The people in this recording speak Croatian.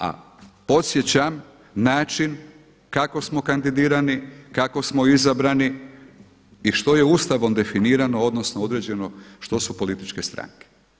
A podsjećam način kako smo kandidirani, kako smo izabrani i što je Ustavom definirano odnosno određeno što su političke stranke.